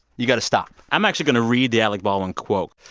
you've got to stop i'm actually going to read the alec baldwin quote.